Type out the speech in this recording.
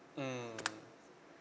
mmhmm